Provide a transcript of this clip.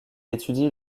étudie